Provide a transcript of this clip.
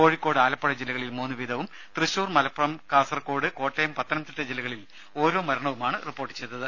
കോഴിക്കോട് ആലപ്പുഴ ജില്ലകളിൽ മൂന്ന് മരണം വീതവും ത്യശൂർ മലപ്പുറം കാസർകോട് കോട്ടയം പത്തനംതിട്ട ജില്ലകളിൽ ഓരോ മരണവുമാണ് റിപ്പോർട്ട് ചെയ്തത്